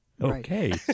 Okay